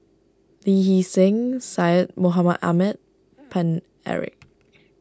Lee Hee Seng Syed Mohamed Ahmed Paine Eric